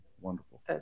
Wonderful